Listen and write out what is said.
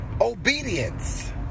Obedience